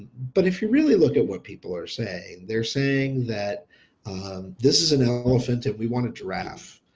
but if you really look at what people are saying they're saying that this is an elephant and we want a giraffe.